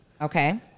okay